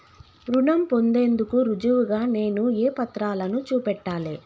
రుణం పొందేందుకు రుజువుగా నేను ఏ పత్రాలను చూపెట్టాలె?